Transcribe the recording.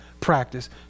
practice